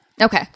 Okay